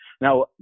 Now